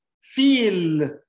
feel